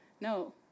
No